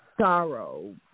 sorrow